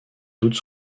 doute